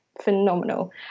phenomenal